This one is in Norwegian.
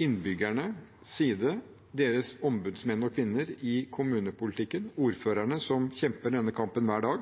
innbyggernes side og deres ombudsmenn og kvinner i kommunepolitikken, ordførerne, som kjemper denne kampen hver dag,